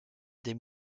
des